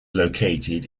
located